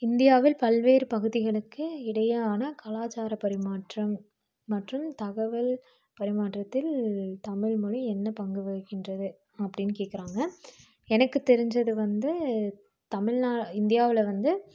இந்தியாவில் பல்வேறு பகுதிகளுக்கு இடையேயான கலாச்சார பரிமாற்றம் மற்றும் தகவல் பரிமாற்றத்தில் தமிழ்மொழி என்ன பங்கு வகிக்கின்றது அப்படினு கேக்கிறாங்க எனக்கு தெரிஞ்சது வந்து தமிழ்னால் இந்தியாவில் வந்து